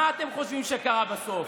מה אתם חושבים שקרה בסוף?